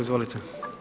Izvolite.